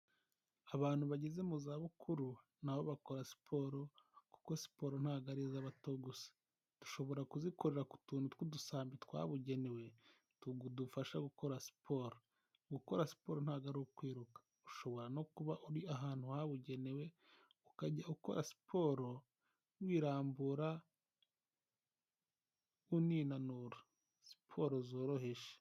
Abantu bageze mu zabukuru nabo bakora siporo kuko siporo ntago ari iz'abato gusa, dushobora kuzikorera ku tuntu tw'udusahane twabugenewe, tudufasha gukora siporo, gukora siporo ntabwo ari ukwiruka, ushobora no kuba uri ahantu habugenewe ukajya ukora siporo wirambura, uninanura siporo zoroheje.